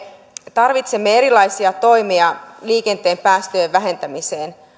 tarvitsemme erilaisia toimia liikenteen päästöjen vähentämiseen